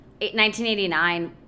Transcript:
1989